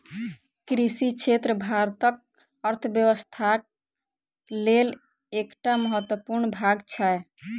कृषि क्षेत्र भारतक अर्थव्यवस्थाक लेल एकटा महत्वपूर्ण भाग छै